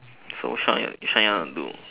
so what's which one you want to do